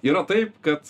yra taip kad